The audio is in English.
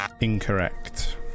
Incorrect